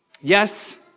Yes